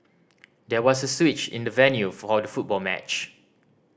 there was a switch in the venue for all the football match